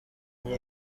muri